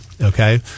okay